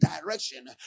direction